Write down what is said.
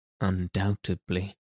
Undoubtedly